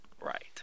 Right